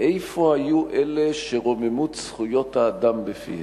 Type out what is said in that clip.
איפה היו אלה שרוממות זכויות האדם בפיהם?